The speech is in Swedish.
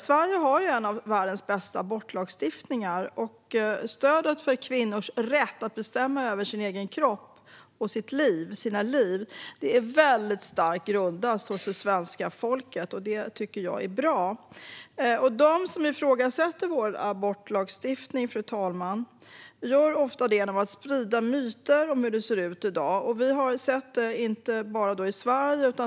Sverige har en av världens bästa abortlagstiftningar. Stödet för kvinnors rätt att bestämma över sin egen kropp och sina liv är väldigt starkt grundat hos det svenska folket. Det tycker jag är bra. Fru talman! De som ifrågasätter vår abortlagstiftning gör ofta det genom att sprida myter om hur det ser ut i dag. Vi har sett det inte bara i Sverige.